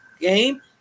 game